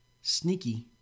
sneaky